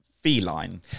feline